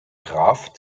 graph